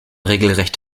regelrecht